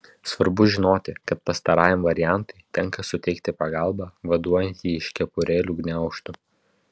svarbu žinoti kad pastarajam variantui tenka suteikti pagalbą vaduojant jį iš kepurėlių gniaužtų